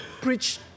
preach